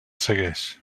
segueix